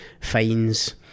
fines